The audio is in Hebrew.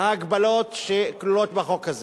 ההגבלות שכלולות בחוק הזה.